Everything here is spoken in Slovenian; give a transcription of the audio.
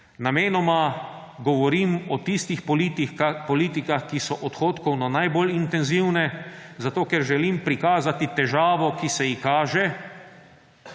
Namenoma govorim o tistih politikah, ki so odhodkovno najbolj intenzivne, zato ker želim prikazati težavo, ki se kaže,